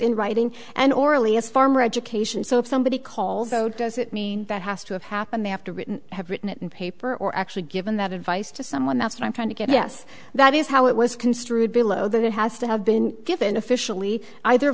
in writing and orally as farmer education so if somebody calls though does it mean that has to have happened they have to written have written it in paper or actually given that advice to someone that's what i'm trying to get yes that is how it was construed below that it has to have been given officially either